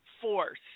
force